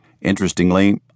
Interestingly